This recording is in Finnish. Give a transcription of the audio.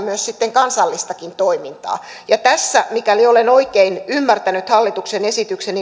sitten kansallistakin toimintaa ja tässä mikäli olen oikein ymmärtänyt hallituksen esityksen